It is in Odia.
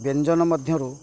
ବ୍ୟଞ୍ଜନ ମଧ୍ୟରୁ